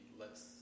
lets